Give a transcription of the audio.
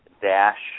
dash